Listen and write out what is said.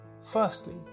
Firstly